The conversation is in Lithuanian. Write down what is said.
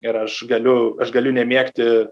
ir aš galiu aš galiu nemėgti